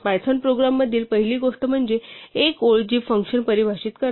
Python प्रोग्राममधील पहिली गोष्ट म्हणजे एक ओळ जी फंक्शन परिभाषित करते